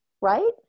right